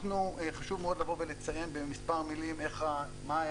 חשוב מאוד לבוא ולציין במספר מילים מה היה